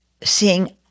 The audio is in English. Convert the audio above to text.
seeing